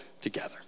together